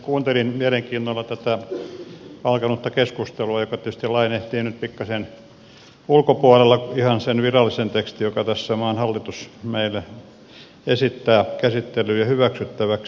kuuntelin mielenkiinnolla tätä alkanutta keskustelua joka tietysti lainehtii nyt pikkasen ulkopuolella ihan sen virallisen tekstin jonka tässä maan hallitus meille esittää käsittelyyn ja hyväksyttäväksi